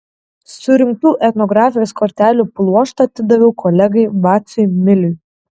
surinktų etnografijos kortelių pluoštą atidaviau kolegai vaciui miliui